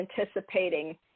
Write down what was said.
anticipating